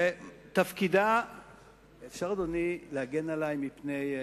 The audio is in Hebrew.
תפקידה של מערכת החינוך הוא לא להיות מהאו"ם.